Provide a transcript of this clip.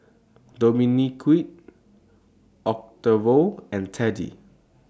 Dominique Octavio and Teddy